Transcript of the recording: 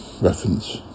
reference